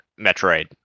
Metroid